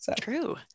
True